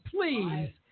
please